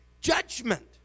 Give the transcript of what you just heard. judgment